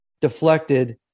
deflected